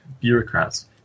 bureaucrats